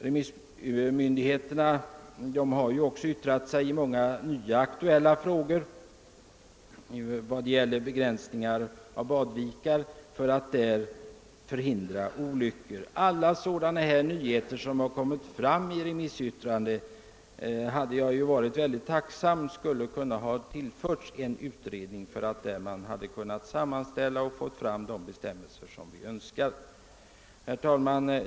Remissmyndigheterna har också yttrat sig i många nya frågor, t.ex. om begränsningar i rätten att framföra motorbåtar i badvikar 0. sS. V., för att förhindra olyckor. Jag hade varit tacksam om alla sådana angelägenheter som förts fram i remissyttrandena hade kunnat tagas upp i en utredning, där de kunde ha sammanställts och bearbetats. Herr talman!